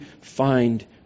find